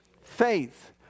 Faith